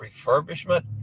refurbishment